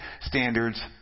standards